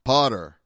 Potter